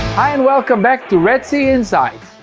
hi, and welcome back to red sea insights.